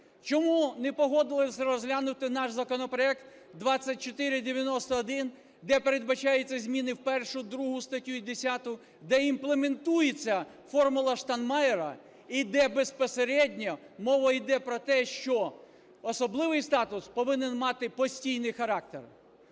Чому не погодилась розглянути наш законопроект 2491, де передбачаються зміни в 1-у, 2-у статтю і 10-у, де імплементується "формула Штайнмайєра" і де безпосередньо мова йде про те, що особливий статус повинен мати постійний характер?